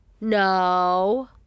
No